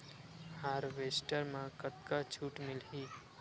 Harvester म कतका छूट मिलही?